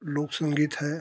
लोक संगीत है